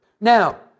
Now